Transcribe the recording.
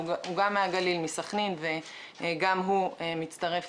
גם הוא מסכנין בגליל והוא מצטרף